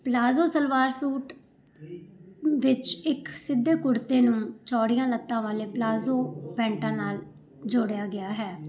palazzo salwar suit ਵਿੱਚ ਇੱਕ ਸਿੱਧੇ ਕੁੜਤੇ ਨੂੰ ਚੌੜੀਆਂ ਲੱਤਾਂ ਵਾਲੇ ਪਲਾਜੋ ਪੈਂਟਾ ਨਾਲ ਜੋੜਿਆ ਗਿਆ ਹੈ